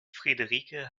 friederike